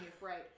Right